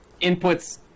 inputs